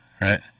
Right